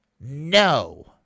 No